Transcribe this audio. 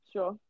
Sure